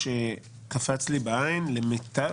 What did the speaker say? בבקשה.